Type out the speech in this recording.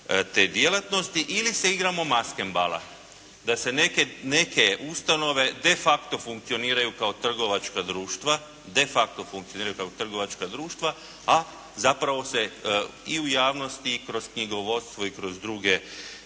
te djelatnosti ili se igramo maskembala da se neke ustanove defacto funkcioniraju kao trgovačka društva, defacto funkcioniraju kao trgovačka društva, a zapravo se i u javnosti i kroz knjigovodstvo i kroz druge